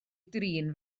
drin